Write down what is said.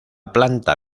planta